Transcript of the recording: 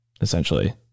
Essentially